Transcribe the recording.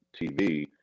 TV